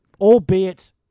albeit